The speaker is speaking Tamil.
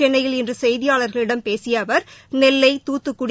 சென்னையில் இன்றுசெய்தியாளர்களிடம் பேசியஅவர் நெல்லை துத்துக்குடி